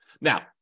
Now